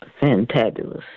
fantabulous